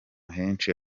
henshi